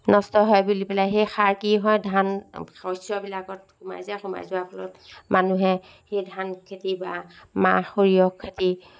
নষ্ট হয় বুলি পেলাই সেই সাৰ কি হয় ধান শস্যবিলাকত সোমাই যায় সোমাই যোৱাৰ ফলত মানুহে সেই ধান খেতি বা মাহ সৰিয়হ খেতি